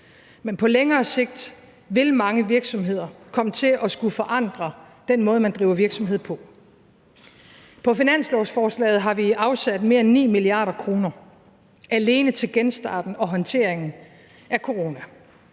Men på længere sigt vil mange virksomheder komme til at skulle forandre den måde, man driver virksomhed på. På finanslovsforslaget har vi afsat mere end 9 mia. kr. alene til genstarten og håndteringen af corona.